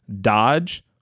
dodge